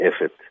effort